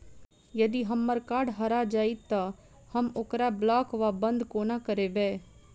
यदि हम्मर कार्ड हरा जाइत तऽ हम ओकरा ब्लॉक वा बंद कोना करेबै?